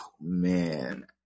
man